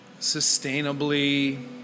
sustainably